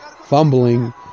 fumbling